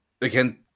again